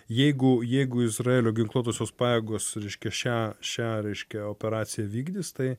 jeigu jeigu izraelio ginkluotosios pajėgos reiškia šią šią reiškia operaciją vykdys tai